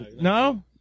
No